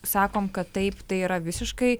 sakom kad taip tai yra visiškai